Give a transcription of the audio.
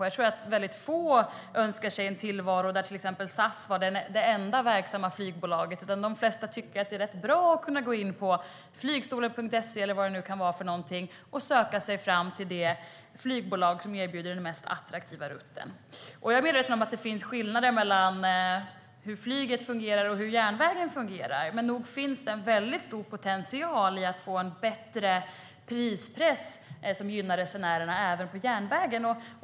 Jag tror att väldigt få önskar sig en tillvaro där till exempel SAS är det enda verksamma flygbolaget, utan de flesta tycker att det är rätt bra att kunna gå in på flygstolen.se eller vad det nu kan vara och söka sig fram till det flygbolag som erbjuder den mest attraktiva rutten. Jag är medveten om att det finns skillnader mellan hur flyget fungerar och hur järnvägen fungerar, men nog finns det stor potential att få en bättre prispress som gynnar resenärerna även på järnvägen.